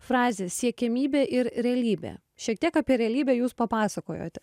frazę siekiamybė ir realybė šiek tiek apie realybę jūs papasakojote